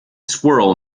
squirrel